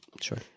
sure